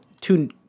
two